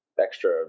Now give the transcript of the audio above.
extra